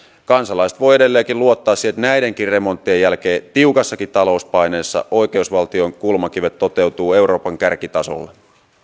kansalaiset voivat edelleenkin luottaa siihen että näidenkin remonttien jälkeen tiukassakin talouspaineessa oikeusvaltion kulmakivet toteutuvat euroopan kärkitasolla